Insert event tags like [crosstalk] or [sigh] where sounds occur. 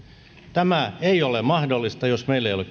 tämä ei ole mahdollista jos meillä ei ole [unintelligible]